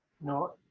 No